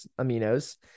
aminos